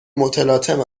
متلاطم